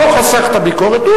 לא חסכת ביקורת.